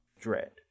Dread